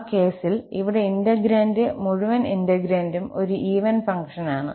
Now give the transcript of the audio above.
ആ കേസിൽ ഇവിടെ ഇന്റെഗ്രേണ്ട് മുഴുവൻ ഇന്റെഗ്രേണ്ടും ഒരു ഈവൻ ഫംഗ്ഷനാണ്